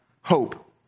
hope